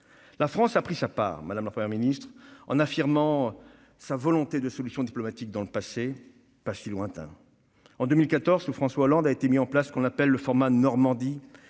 La France a pris sa part, madame la Première ministre, en affirmant sa volonté d'une solution diplomatique dans un passé pas si lointain. En 2014, sous François Hollande, a été mis en place ce qu'on appelle le « format Normandie »,